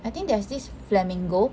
I think there's this flamingo